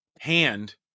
hand